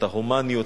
את ההומניות,